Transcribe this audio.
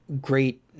great